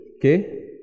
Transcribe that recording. Okay